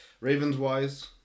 Ravens-wise